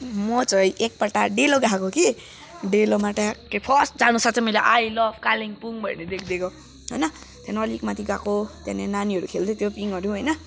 म चाहिँ एकपल्ट डेलो गएको कि डेलोमा ट्याक्कै फर्स्ट जानुसाथ चाहिँ मैले आई लभ कालिम्पोङ भन्ने देखिदिएको होइन त्यहाँदेखि अलिक माथि गएको त्यहाँ नानीहरू खेल्दै थियो पिङहरू होइन